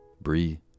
Bree